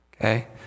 Okay